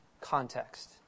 context